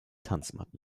tanzmatten